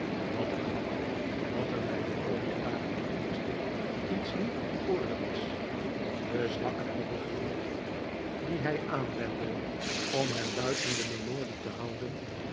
dat hij had dat er met dien koning karel den eersten iets niet in orde was de zwakke pogingen die hij david copperfield aanwendde om hem buiten de memorie te houden